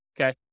okay